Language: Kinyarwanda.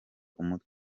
umutwe